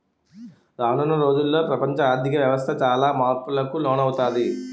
రానున్న రోజుల్లో ప్రపంచ ఆర్ధిక వ్యవస్థ చాలా మార్పులకు లోనవుతాది